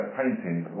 paintings